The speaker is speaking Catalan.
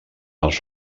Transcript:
els